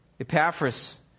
Epaphras